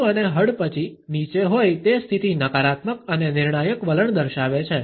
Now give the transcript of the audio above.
માથું અને હડપચી નીચે હોય તે સ્થિતિ નકારાત્મક અને નિર્ણાયક વલણ દર્શાવે છે